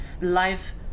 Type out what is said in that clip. life